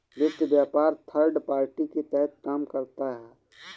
वित्त व्यापार third party की तरह काम करता है